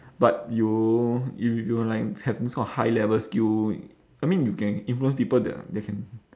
but you if you like have this kind of high level skill I mean you can influence people that are that can